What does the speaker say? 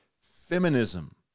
Feminism